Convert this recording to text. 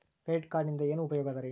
Credit ಕಾರ್ಡಿನಿಂದ ಏನು ಉಪಯೋಗದರಿ?